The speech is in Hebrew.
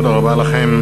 תודה רבה לכם.